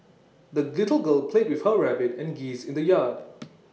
the little girl played with her rabbit and geese in the yard